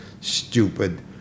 stupid